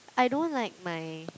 I don't like my